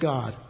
God